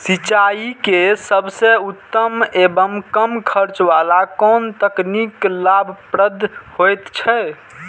सिंचाई के सबसे उत्तम एवं कम खर्च वाला कोन तकनीक लाभप्रद होयत छै?